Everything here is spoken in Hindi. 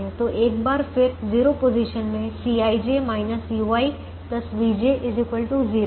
तो एक बार फिर 0 पोजीशन में Cij ui vj 0 है